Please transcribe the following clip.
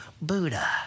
Buddha